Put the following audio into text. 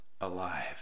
alive